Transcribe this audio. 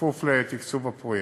בכפוף לתקצוב הפרויקט.